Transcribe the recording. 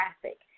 traffic